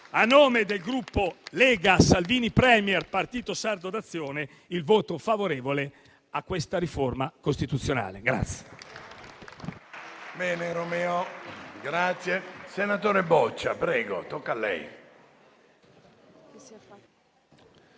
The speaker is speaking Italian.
a nome del Gruppo Lega-Salvini Premier-Partito Sardo d'azione il voto favorevole a questa riforma costituzionale.